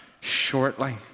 shortly